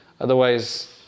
otherwise